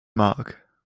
mag